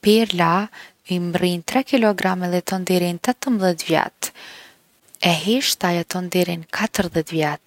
Perla i mrrin 3 kg edhe jeton deri n’18 vjet. E heshta jeton deri n’40 vjet.